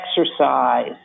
exercise